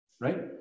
right